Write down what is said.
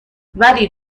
ولی